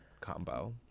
combo